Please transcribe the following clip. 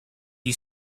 you